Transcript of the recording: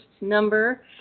number